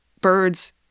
birds